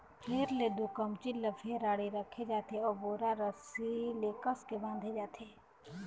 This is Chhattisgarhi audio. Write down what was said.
फेर ले दू कमचील ल फेर आड़ी रखे जाथे अउ बोरा रस्सी ले कसके बांधे जाथे